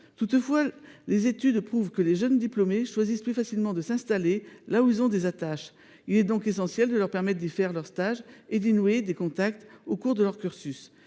Toutes les études prouvent que les jeunes diplômés choisiront plus facilement de s’installer là où ils ont des attaches. Il est donc essentiel de leur permettre d’y faire leurs stages et d’y nouer des contacts au cours de leur cursus.